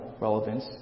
relevance